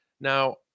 Now